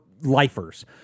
lifers